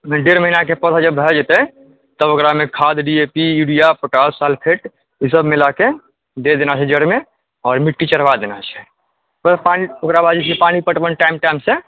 एक डेढ़ महिनाके जब भए जेतै तब ओकरामे खाद दियौ पी युरिया पोटास सल्फेट ई सब मिलाके दे देना छै जड़मे आओर मिट्टी चढ़वा देना छै ओकरा बाद जे छै पानि पटेबाके छै टाइम टाइमसँ